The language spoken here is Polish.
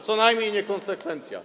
Co najmniej niekonsekwencja.